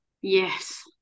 Yes